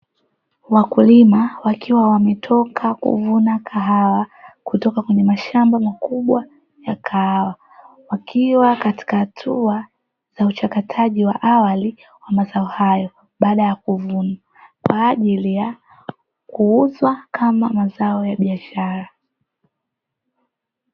Wakulima wakiwa wametoka kuvuna kahawa kutoka kwenye mashamba makubwa ya kahawa, wakiwa katika hatua za uchakataji wa awali wa mazao hayo baada ya kuvunwa kwa ajili ya kuuzwa kama mazao ya biashara.